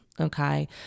okay